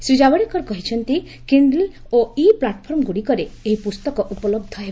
ଶ୍ରୀ ଜାବଡେକର କହିଛନ୍ତି କିଣ୍ଡିଲ୍ ଓ ଇ ପ୍ଲାଟଫର୍ମଗୁଡ଼ିକରେ ଏହି ପୁସ୍ତକ ଉପଲବ୍ଧ ହେବ